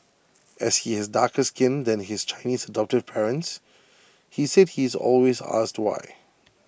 as he has darker skin than his Chinese adoptive parents he said he is always asked why